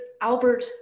Albert